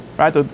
right